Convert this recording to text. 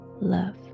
love